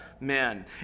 men